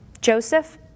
Joseph